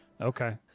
Okay